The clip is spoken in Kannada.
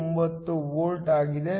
49 ವೋಲ್ಟ್ ಆಗಿದೆ